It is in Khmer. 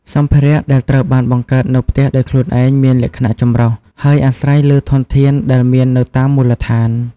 សម្ភារៈដែលត្រូវបានបង្កើតនៅផ្ទះដោយខ្លួនឯងមានលក្ខណៈចម្រុះ ហើយអាស្រ័យលើធនធានដែលមាននៅតាមមូលដ្ឋាន។